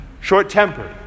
Short-tempered